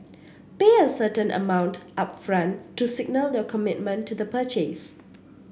pay a certain amount upfront to signal your commitment to the purchase